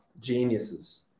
Geniuses